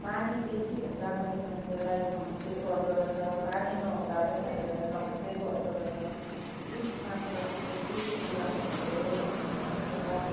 पानी बेसी हुँदा पनि मान्छेलाई समस्या पर्दो रहेछ पानी नहुँदा पनि मान्छेलाई समस्या पर्दो रहेछ ठिक मात्रमा चाहिँ केही कुरा नहुँदो रहेछ